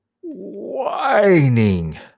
whining